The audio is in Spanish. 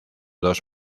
dos